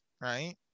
right